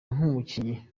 nk’umukinnyi